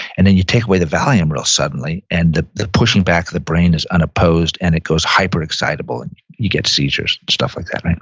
and then you take away the valium real suddenly and the the pushing back of the brain is unopposed and it goes hyper-excitable and you get seizures and stuff like that, right?